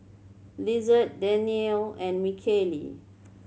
Lizeth Daniele and Mikaela